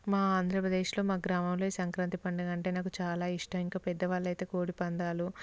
మా ఆంధ్రప్రదేశ్లో మా గ్రామంలో ఈ సంక్రాంతి పండుగ అంటే నాకు చాలా ఇష్టం పెద్దవాళ్ళు అయితే కోడిపందాలు